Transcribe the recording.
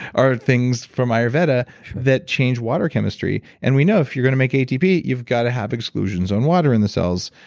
or things from ayurveda that change water chemistry and we know if you're going to make atp, you've got to have exclusions on water in the cells.